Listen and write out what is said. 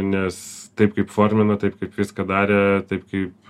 nes taip kaip formina taip kaip viską darė taip kaip